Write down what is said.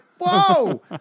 whoa